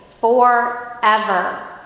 forever